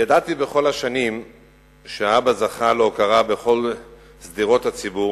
ידעתי בכל השנים שאבא זכה להוקרה בכל שדרות הציבור.